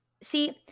See